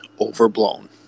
overblown